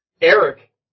Eric